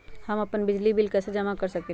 हम अपन बिजली बिल कैसे जमा कर सकेली?